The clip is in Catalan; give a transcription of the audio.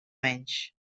menys